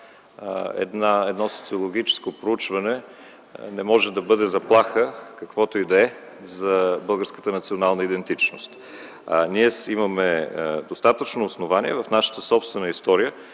едно социологическо проучване и то не може да бъде заплаха, каквато и да е за българската национална идентичност. Ние имаме достатъчно основание в нашата собствена история